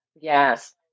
Yes